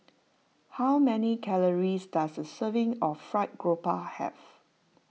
how many calories does a serving of Fried Grouper have